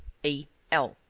a. l.